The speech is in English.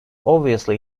obviously